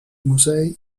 musei